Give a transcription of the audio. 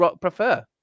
prefer